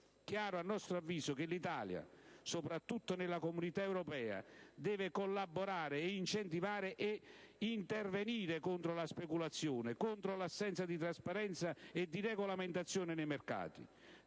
È chiaro a nostro avviso che l'Italia, soprattutto nella Comunità europea, deve collaborare e incentivare a intervenire contro la speculazione, contro l'assenza di trasparenza e di regolamentazione nei mercati,